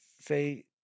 Say